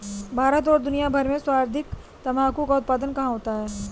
भारत और दुनिया भर में सर्वाधिक तंबाकू का उत्पादन कहां होता है?